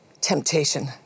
temptation